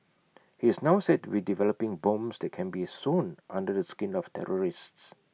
he is now said to be developing bombs that can be sewn under the skin of terrorists